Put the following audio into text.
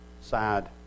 sad